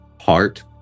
heart